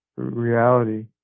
Reality